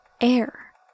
air